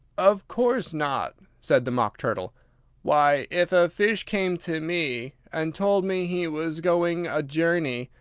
of course not, said the mock turtle why, if a fish came to me, and told me he was going a journey,